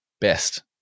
best